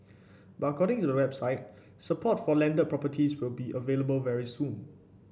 but according to the website support for landed properties will be available very soon